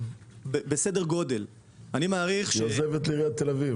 בסדר גודל --- היא עוזבת לעיריית תל אביב,